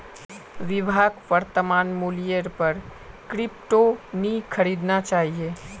विभाक वर्तमान मूल्येर पर क्रिप्टो नी खरीदना चाहिए